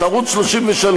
את ערוץ 33,